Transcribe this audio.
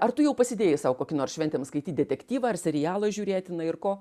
ar tu jau pasidėjai sau kokį nors šventėm skaityt detektyvą ar serialą žiūrėti na ir ko